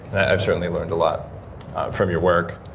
i've certainly learned a lot from your work.